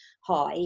High